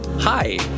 Hi